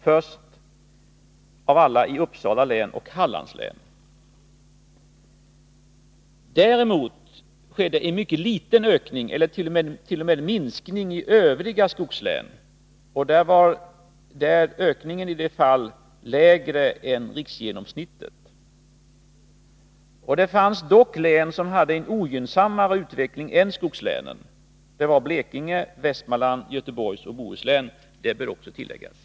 Först av alla kom Uppsala län och Hallands län. Däremot noterades en liten ökning eller t.o.m. minskning i övriga skogslän. I de län där en ökning skedde var den lägre än riksgenomsnittet. Det fanns dock län som hade en ogynnsammare befolkningsutveckling än skogslänen: Blekinge län, Västmanlands län och Göteborgs och Bohus län. Detta bör tilläggas.